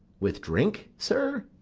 with drink, sir?